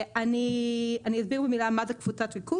אני אסביר במילה מה זה קבוצת ריכוז.